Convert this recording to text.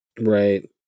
Right